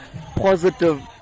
positive